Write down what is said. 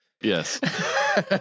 Yes